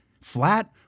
flat